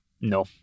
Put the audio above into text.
no